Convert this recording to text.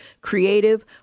creative